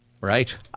Right